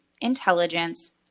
intelligence